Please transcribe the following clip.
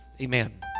Amen